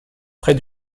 près